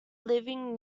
living